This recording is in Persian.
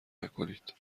نکنید